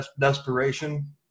desperation